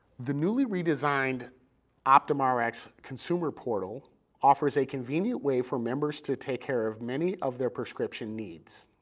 the newly redesigned optumrx consumer portal offers a convenient way for members to take care of many of their prescription needs.